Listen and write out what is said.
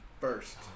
first